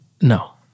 No